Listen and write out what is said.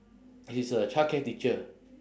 she's a childcare teacher